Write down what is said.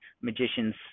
magicians